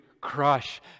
crush